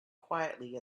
quietly